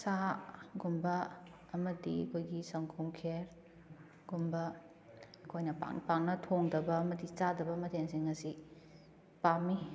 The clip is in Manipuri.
ꯁꯥ ꯒꯨꯝꯕ ꯑꯃꯗꯤ ꯑꯩꯈꯣꯏꯒꯤ ꯁꯪꯒꯣꯝ ꯈꯦꯔ ꯒꯨꯝꯕ ꯑꯩꯈꯣꯏꯅ ꯄꯥꯛ ꯄꯥꯛꯅ ꯊꯣꯡꯗꯕ ꯑꯃꯗꯤ ꯆꯥꯗꯕ ꯃꯊꯦꯟꯁꯤꯡ ꯑꯁꯤ ꯄꯥꯝꯃꯤ